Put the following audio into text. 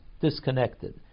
disconnected